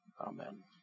Amen